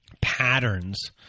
patterns